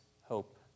hope